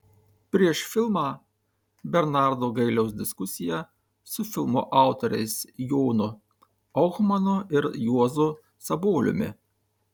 prieš filmą bernardo gailiaus diskusija su filmo autoriais jonu ohmanu ir juozu saboliumi